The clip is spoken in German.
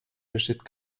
besteht